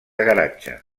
garatge